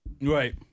Right